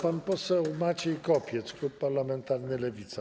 Pan poseł Maciej Kopiec, klub parlamentarny Lewica.